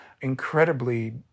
incredibly